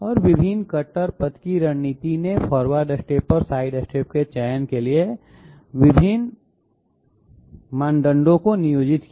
और विभिन्न कटर पथ की रणनीति ने फॉरवर्ड स्टेप और साइड स्टेप्स के चयन के लिए विभिन्न मानदंडों को नियोजित किया